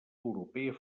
europea